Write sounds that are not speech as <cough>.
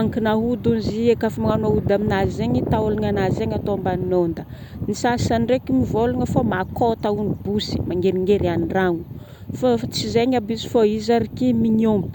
ankin'aody hony izi e.kafa magnano aody amin'azy zegny, taôlagna anazy zegny atao ambany ondagna. Ny sasany ndreka mivôlagna fa makôta hony bosy, mangeringery andragno. Fô tsy zegny aby izy fa izy ary mignon be <noise>